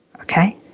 Okay